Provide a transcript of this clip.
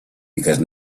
because